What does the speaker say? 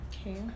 okay